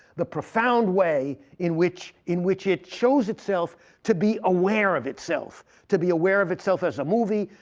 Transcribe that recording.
the profound way in which in which it shows itself to be aware of itself to be aware of itself as a movie,